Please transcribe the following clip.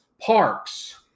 Parks